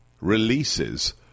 releases